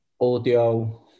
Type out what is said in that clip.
audio